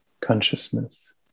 consciousness